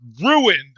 ruined